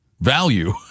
value